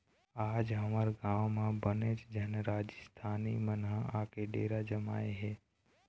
आज हमर गाँव म बनेच झन राजिस्थानी मन ह आके डेरा जमाए हे